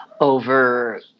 over